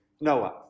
Noah